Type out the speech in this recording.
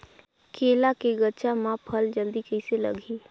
केला के गचा मां फल जल्दी कइसे लगही?